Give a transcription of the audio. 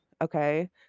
okay